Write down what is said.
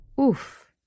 Oof